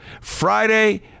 Friday